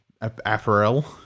apparel